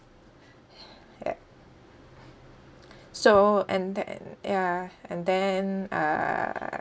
ya so and then ya and then uh